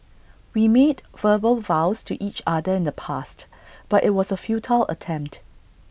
we made verbal vows to each other in the past but IT was A futile attempt